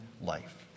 life